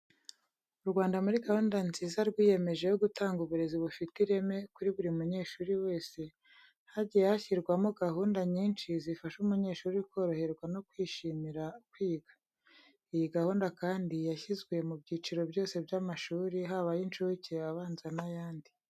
U Rwanda muri gahunda nziza rwiyemeje yo gutanga uburezi bufite ireme kuri buri munyeshuri wese, hagiye hashyirwaho gahunda nyinshi zifasha umunyeshuri koroherwa no kwishimira kwiga. Iyi gahunda kandi, yashyizwe mu byiciro byose by'amashuri, haba ay'incuke, abanza n'ayandi.